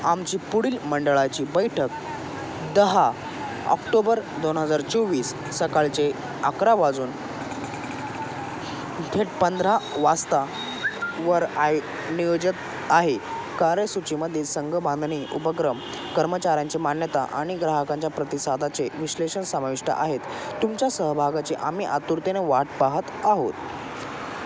आमची पुढील मंडळाची बैठक दहा ऑक्टोबर दोन हजार चोवीस सकाळचे अकरा वाजून थेट पंधरा वाजता वर आय नियोजित आहे कार्यसूचीमध्ये संघबांधणी उपक्रम कर्मचाऱ्यांची मान्यता आणि ग्राहकांच्या प्रतिसादाचे विश्लेषण समाविष्ट आहेत तुमच्या सहभागाची आम्ही आतुरतेने वाट पाहत आहोत